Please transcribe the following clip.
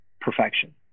perfection